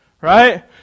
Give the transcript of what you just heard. Right